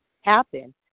happen